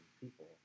people